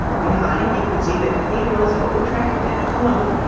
behind, you can see the cathedrals of utrecht and cologne,